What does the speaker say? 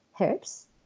herbs